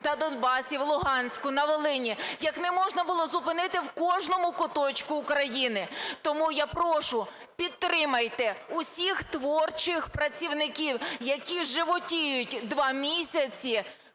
та Донбасі, в Луганську на Волині, як не можна було зупинити в кожному куточку України. Тому я прошу підтримайте всіх творчих працівників, які животіють два місяці